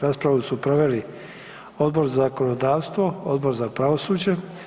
Raspravu su proveli Odbor za zakonodavstvo, Odbor za pravosuđe.